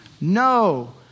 No